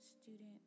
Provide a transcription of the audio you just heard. student